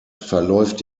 verläuft